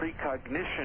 precognition